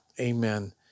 Amen